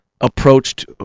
approached